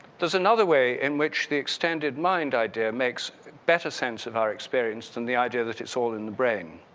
there's another way in which the extended mind idea makes better sense of our experience than the idea that is all in the brain.